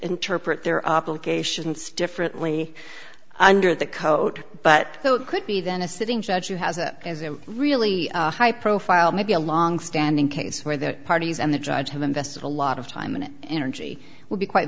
interpret their obligations differently under the coat but it could be then a sitting judge who has a really high profile maybe a long standing case where the parties and the judge have invested a lot of time and energy will be quite